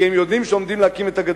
כי הם יודעים שהולכים להקים את הגדר.